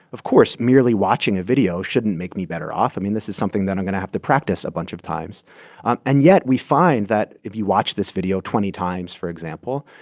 of course, merely watching a video shouldn't make me better off. i mean, this is something that i'm going to have to practice a bunch of times and yet, we find that if you watch this video twenty times, for example,